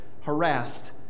harassed